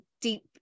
deep